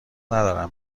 ندارم